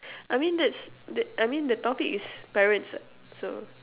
I mean that's the I mean the topic is parents what so